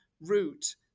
route